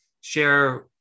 share